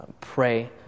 pray